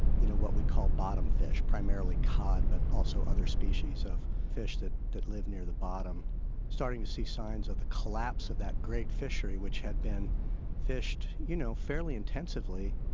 you know what we call bottom fish, primarily cod, but also other species of fish that that live near the bottom starting to see signs of the collapse of that great fishery which had been fished, you know, fairly intensively,